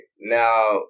Now